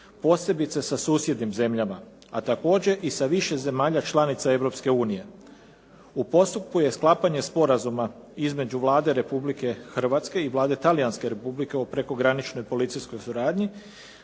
posebice sa susjednim zemljama, a također i sa više zemalja članica Europske unije. U postupku je sklapanje sporazuma između Vlade Republike Hrvatske i Vlade Talijanske Republike o prekograničnoj policijskoj suradnji